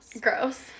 Gross